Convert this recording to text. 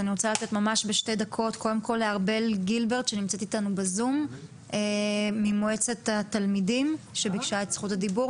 אז אני רוצה לתת לארבל גלברט ממועצת התלמידים שנמצאת איתנו בזום.